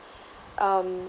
um